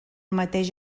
mateix